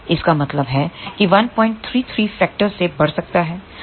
इसका मतलब है कि 133 फैक्टर से बढ़ सकता है